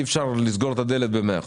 אי אפשר לסגור את הדלת במאה אחוז.